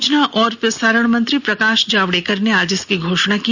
सूचना और प्रसारण मंत्री प्रकाश जावडेकर ने आज इसकी घोषणा की